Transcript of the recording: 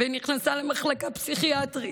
והיא נכנסה למחלקה פסיכיאטרית,